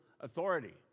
authority